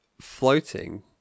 floating